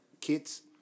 kids